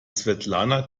svetlana